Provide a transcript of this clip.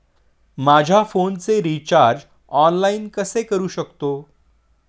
माझ्या फोनचे recharge online कसे करू शकतो?